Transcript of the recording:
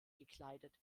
gekleidet